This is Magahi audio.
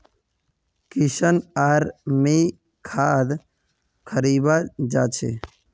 किशन आर मी खाद खरीवा जा छी